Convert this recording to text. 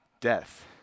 death